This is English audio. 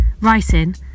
writing